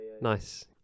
nice